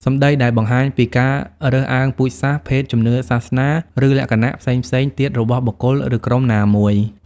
សម្ដីដែលបង្ហាញពីការរើសអើងពូជសាសន៍ ភេទ ជំនឿសាសនា ឬលក្ខណៈផ្សេងៗទៀតរបស់បុគ្គល ឬក្រុមណាមួយ។